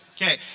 Okay